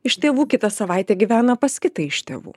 iš tėvų kitą savaitę gyvena pas kitą iš tėvų